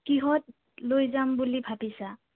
কিহঁত লৈ যাম বুলি ভাবিছা